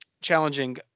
challenging